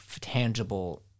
tangible